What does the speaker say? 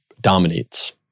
dominates